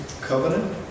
covenant